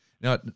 Now